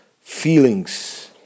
feelings